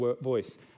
voice